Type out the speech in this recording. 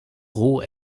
roh